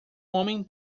homem